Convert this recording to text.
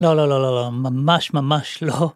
לא, לא, לא, לא, לא, לא, ממש, ממש, לא.